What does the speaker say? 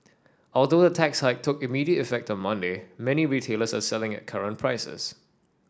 although the tax hike took immediate effect on Monday many retailers are selling at current prices